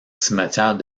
cimetière